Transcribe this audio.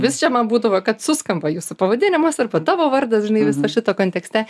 vis čia man būdavo kad suskamba jūsų pavadinimas arba tavo vardas žinai viso šito kontekste